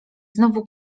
znowu